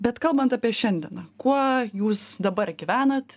bet kalbant apie šiandieną kuo jūs dabar gyvenat